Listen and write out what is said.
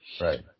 Right